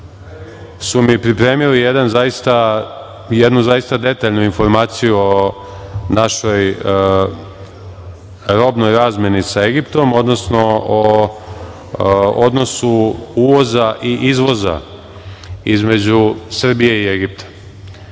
su mi pripremili jednu zaista detaljnu informaciju o našoj robnoj razmeni sa Egiptom, odnosno o odnosu uvoza i izvoza između Srbije i Egipta